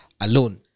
alone